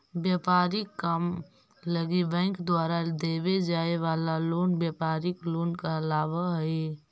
व्यापारिक काम लगी बैंक द्वारा देवे जाए वाला लोन व्यापारिक लोन कहलावऽ हइ